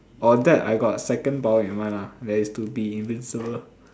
or that I got second power in mind lah that is to be invisible